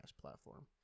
platform